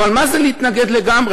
אבל מה זה להתנגד לגמרי?